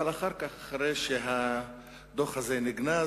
אבל אחר כך, אחרי שהדוח הזה נגנז,